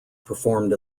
performed